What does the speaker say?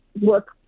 work